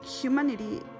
humanity